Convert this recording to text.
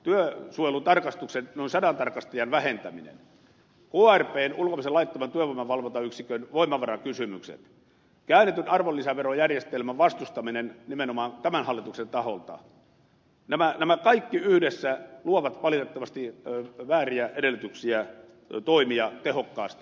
työsuojelutarkastuksen noin sadan tarkastajan vähentäminen krpn ulkomaisen laittoman työvoiman valvontayksikön voimavarakysymykset käännetyn arvonlisäverojärjestelmän vastustaminen nimenomaan tämän hallituksen taholta nämä kaikki yhdessä luovat valitettavasti vääriä edellytyksiä toimia tehokkaasti